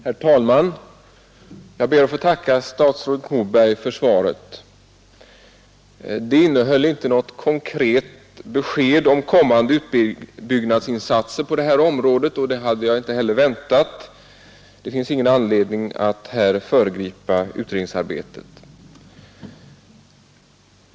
Herr talman! Jag ber att få tacka statsrådet Moberg för svaret. Det innehöll inte något konkret besked om kommande utbyggnadsinsatser på det här området, och det hade jag inte heller väntat. Det finns ingen anledning att här föregripa utredningsarbetet.